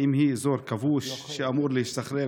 האם היא אזור כבוש שאמור להשתחרר,